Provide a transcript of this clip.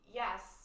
yes